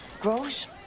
Gross